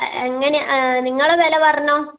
എങ്ങനെയാണ് നിങ്ങൾ വില പറഞ്ഞോ